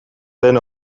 den